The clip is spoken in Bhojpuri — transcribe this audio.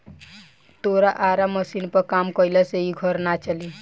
तोरा आरा मशीनी पर काम कईला से इ घर ना चली